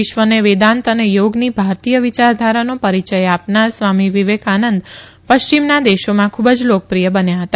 વિશ્વને વેદાંત તથા ચોગની ભારતીય વિયારધારાનો પરિયય આપનાર સ્વામી વિવેકાનંદ પશ્ચિમના દેશામાં ખૂબ જ લોકપ્રિથ બન્યા હતા